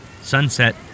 sunset